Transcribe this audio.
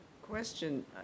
question